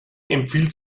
empfiehlt